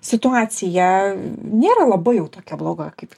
situacija nėra labai jau tokia bloga kaip